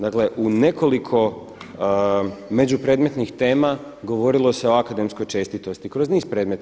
Dakle u nekoliko međupredmetnih tema govorilo se o akademskoj čestitosti, kroz niz predmeta.